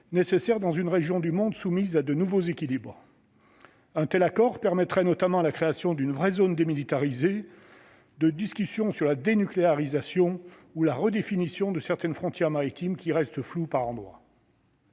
nécessaire dans une région du monde soumise à de nouveaux équilibres. Un tel accord permettrait notamment la création d'une véritable zone démilitarisée, des discussions sur la dénucléarisation ou la redéfinition de certaines frontières maritimes, qui restent floues par endroits.